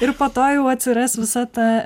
ir po to jau atsiras visa ta